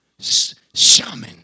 shaman